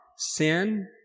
Sin